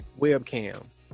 webcam